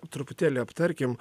truputėlį aptarkim